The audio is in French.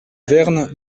verne